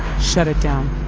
shut it down